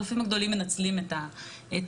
הגופים הגדולים מנצלים את הסודיות